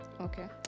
okay